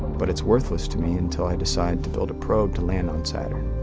but it's worthless to me until i decide to build a probe to land on saturn,